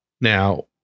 Now